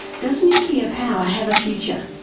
does nuclear power have a future?